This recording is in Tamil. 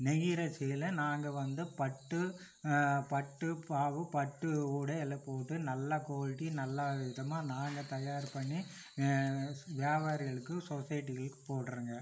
நெய்கிற சீலை நாங்கள் வந்து பட்டு பட்டு பாவு பட்டு ஊட எல்லாம் போட்டு நல்ல க்வோல்ட்டி நல்லவிதமாக நாங்கள் தயார் பண்ணி வியாபாரிகளுக்கு சொசைட்டிகளுக்கு போடுறங்க